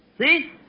See